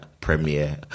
premiere